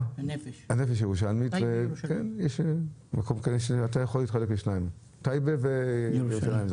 אתה יכול להתחלק לשניים, טייבה וירושלים.